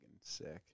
sick